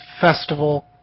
festival